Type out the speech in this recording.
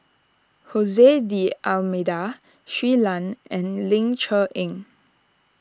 Jose D'Almeida Shui Lan and Ling Cher Eng